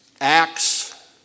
Acts